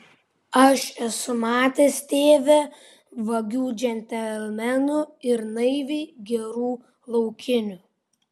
aš esu matęs tėve vagių džentelmenų ir naiviai gerų laukinių